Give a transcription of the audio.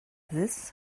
this